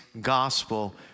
gospel